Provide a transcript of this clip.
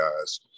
guys